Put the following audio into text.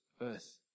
earth